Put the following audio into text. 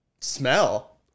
Smell